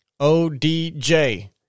ODJ